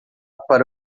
para